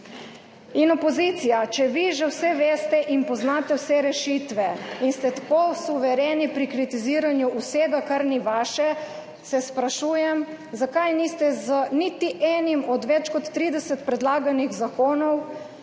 Opozicija, če vi že vse veste in poznate vse rešitve in ste tako suvereni pri kritiziranju vsega, kar ni vaše, se sprašujem, zakaj niste z niti enim od več kot 30 predlaganih zakonov